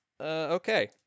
okay